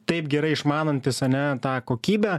taip gerai išmanantis ane tą kokybę